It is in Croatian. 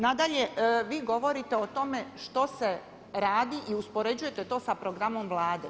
Nadalje, vi govorite o tome što se radi i uspoređujete to sada programom Vlade.